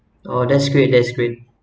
oh that's great that's great